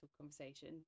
conversation